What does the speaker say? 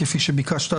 כפי שביקשת,